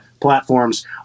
platforms